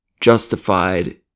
justified